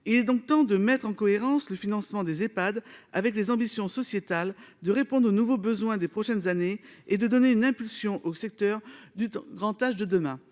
Il est donc temps de mettre en cohérence le financement des Ehpad avec les ambitions sociétales, de répondre aux nouveaux besoins des prochaines années et de donner une impulsion au secteur du grand âge de demain.